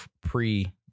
pre